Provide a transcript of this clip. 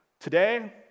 today